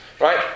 right